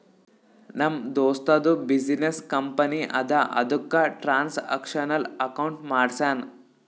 ನಮ್ ದೋಸ್ತದು business company ಅದಾ ಅದುಕ್ಕ ಟ್ರಾನ್ಸ್ಅಕ್ಷನಲ್ ಅಕೌಂಟ್ ಮಾಡ್ಸ್ಯಾನ್